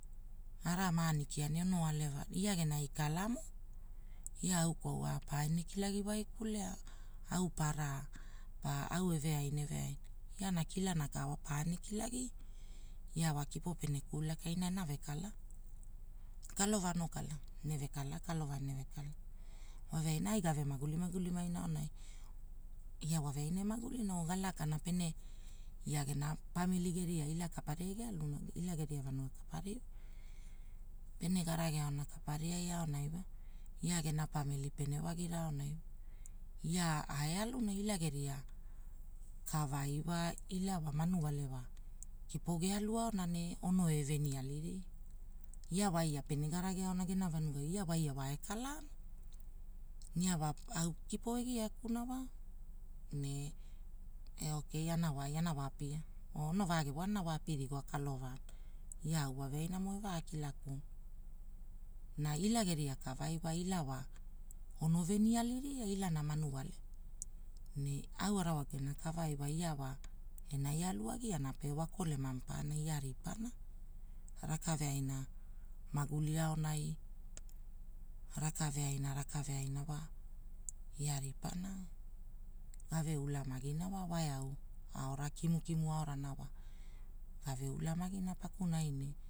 Ara maani kia ono aleva, ia genai kalanamo. Ia au kwaua paene kilagi waikulea, au para pa au eve ainegai, iana kilana ka pae ne kilagi, ia wa kipo pene kulakai ina anave kalaa. Kalova ono kala, eneve kala kalova ene ve kala, wave aina ai gave maguli maguli maina aonai, ia mave aina emaguluina oo galakana pene, ia gena pamili geriai ila kapariai gealuma, ila geria vanua kapari. Pene garage aona kapariai aonai wo, ia gena pamili pene wagia aonai, ia ae aluna ila geria, kavai wa ila wa manuale wa, kipo gealu aona ne onove ve alini. Ia waia pene garage aona gena vanugai ia waia ai ekala. Nia wa au kipo egiakuna wa, ne, ookeii ana wai ana wai apia, oo ono vaa gevoa wana waapi rigoa kalova. Iaova vainamo evaa kilaku, na ila geria kavaaiva ila waa, ono veni aliri ilana manuale, ne au arawakuna kavaai wa ia wa, enai aluagina pe wa kolema maparana ia ripana. Rakaveaina, magulia aonai, rakaveaaina rakaveaina wa. Ia ripana, gave ulamagina wa wai eau aora kimukimura aorana wa, gave ulamagina pakunai ne.